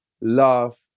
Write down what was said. love